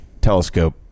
telescope